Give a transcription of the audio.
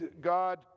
God